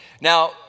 Now